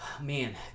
Man